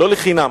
לא לחינם.